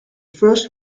first